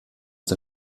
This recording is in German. der